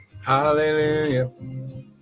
hallelujah